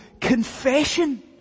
confession